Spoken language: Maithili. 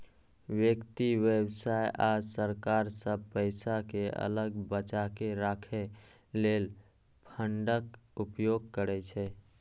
व्यक्ति, व्यवसाय आ सरकार सब पैसा कें अलग बचाके राखै लेल फंडक उपयोग करै छै